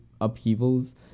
upheavals